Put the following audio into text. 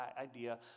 idea